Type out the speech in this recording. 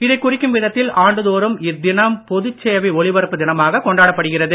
இதைக் குறிக்கும் விதத்தில் ஆண்டு தோறும் இத்தினம் பொதுச்சேவை ஒலிபரப்பு தினமாக கொண்டாடப் படுகிறது